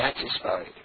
satisfied